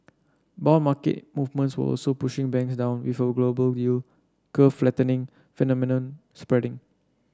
bond market movements were also pushing banks down before a global yield curve flattening phenomenon spreading